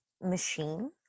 machine